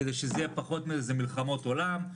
כדי שזה יהיה פחות מלחמות עולם,